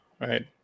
right